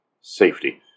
safety